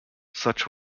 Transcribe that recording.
such